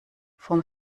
vom